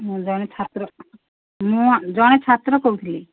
ମୁଁ ଜଣେ ଛାତ୍ର କହୁଥିଲି